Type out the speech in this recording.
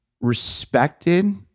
respected